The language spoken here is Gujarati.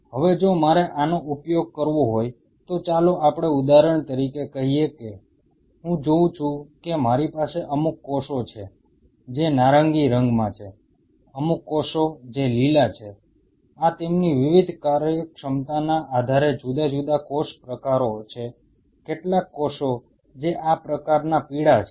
હવે જો મારે આનો ઉપયોગ કરવો હોય તો ચાલો આપણે ઉદાહરણ તરીકે કહીએ કે હું જોઉં છું કે મારી પાસે અમુક કોષો છે જે નારંગી રંગમાં છે અમુક કોષો જે લીલા છે આ તેમની વિવિધ કાર્યક્ષમતાના આધારે જુદા જુદા કોષ પ્રકારો છે કેટલાક કોષો જે આ પ્રકારના પીળા છે